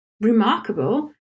remarkable